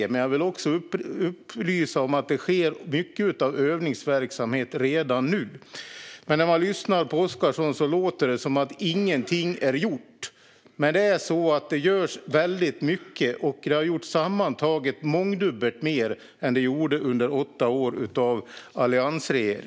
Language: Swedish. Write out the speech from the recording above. Men jag vill också upplysa om att det sker mycket övningsverksamhet redan nu. På Oscarsson låter det som att ingenting är gjort, men det görs alltså väldigt mycket - och det har sammantaget gjorts mångdubbelt mer än det gjordes under åtta år av alliansstyre.